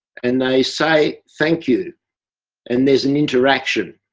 and they say, thank you and there's an interaction.